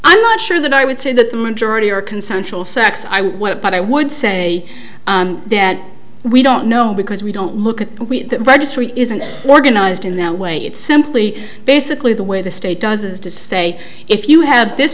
i'm not sure that i would say that the majority are consensual sex i won't but i would say that we don't know because we don't look at that registry isn't organized in that way it's simply basically the way the state does is to say if you have this